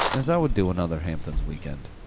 is i would do another hamptons weekend.